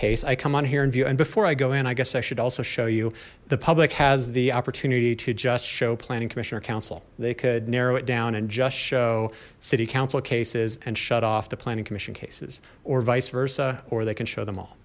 case i come on here in view and before i go in i guess i should also show you the public has the opportunity to just show planning commission or council they could narrow it down and just show city council cases and shut off the planning commission cases or vice versa or they can show them